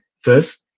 first